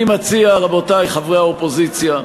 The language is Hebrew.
אני מציע, רבותי חברי האופוזיציה,